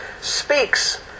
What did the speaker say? speaks